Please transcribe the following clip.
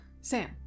Sam